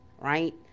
right